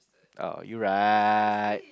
oh you right